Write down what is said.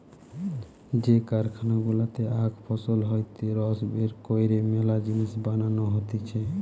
যে কারখানা গুলাতে আখ ফসল হইতে রস বের কইরে মেলা জিনিস বানানো হতিছে